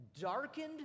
darkened